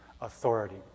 authority